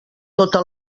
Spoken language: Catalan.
tota